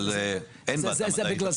זה בגלל זה.